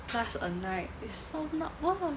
plus a night is so not worth